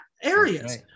areas